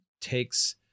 takes